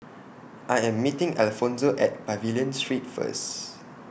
I Am meeting Alfonzo At Pavilion Street First